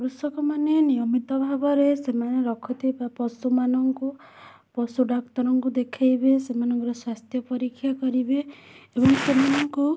କୃଷକମାନେ ନିୟମିତ ଭାବରେ ସେମାନେ ରଖୁଥିବା ପଶୁମାନଙ୍କୁ ପଶୁ ଡ଼ାକ୍ତରଙ୍କୁ ଦେଖେଇବେ ସେମାନଙ୍କର ସ୍ୱାସ୍ଥ୍ୟ ପରୀକ୍ଷା କରିବେ ଏବଂ ସେମାନଙ୍କୁ